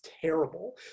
terrible